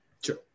Sure